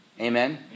Amen